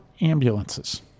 ambulances